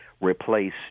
replace